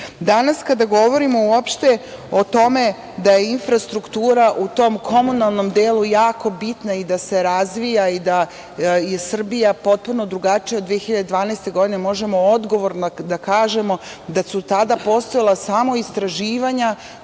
kada govorimo o tome da je infrastruktura u tom komunalnom delu jako bitna i da se razvija i da je Srbija potpuno drugačija od 2012. godine, možemo odgovorno da kažemo da su tada postojala samo istraživanja